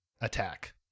attack